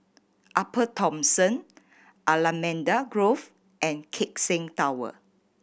Upper Thomson Allamanda Grove and Keck Seng Tower